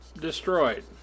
destroyed